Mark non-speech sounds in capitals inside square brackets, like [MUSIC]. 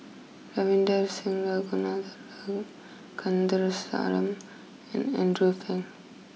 Ravinder Singh Ragunathar [NOISE] Kanagasuntheram and Andrew Phang